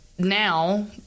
Now